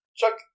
Chuck